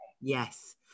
Yes